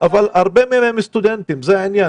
הרבה מהם סטודנטים, וזה העניין.